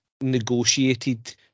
negotiated